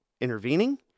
intervening